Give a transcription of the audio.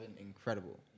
incredible